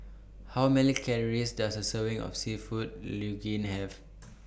How Many Calories Does A Serving of Seafood Linguine Have